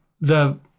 the-